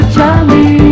Charlie